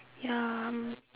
ya mm